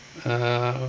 uh